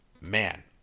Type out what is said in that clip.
man